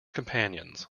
companions